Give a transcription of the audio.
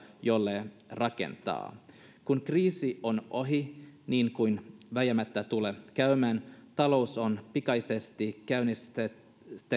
jolle rakentaa kun kriisi on ohi niin kuin vääjäämättä tulee käymään talous on pikaisesti käynnistettävä